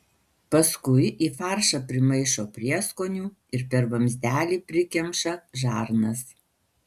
paskui į faršą primaišo prieskonių ir per vamzdelį prikemša žarnas